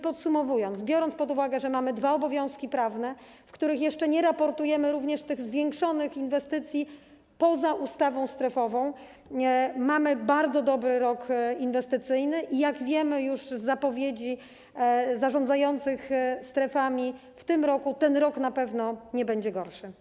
Podsumowując: biorąc pod uwagę, że mamy dwa obowiązki prawne, w ramach których jeszcze nie raportujemy tych zwiększonych inwestycji poza ustawą strefową, mamy bardzo dobry rok inwestycyjny i jak już wiemy z zapowiedzi zarządzających strefami, ten rok na pewno nie będzie gorszy.